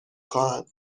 خواهند